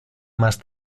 más